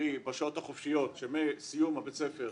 קריא בשעות החופשיות שמסיום בית הספר,